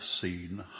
seen